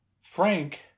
Frank